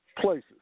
places